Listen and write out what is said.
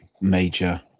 major